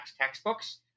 textbooks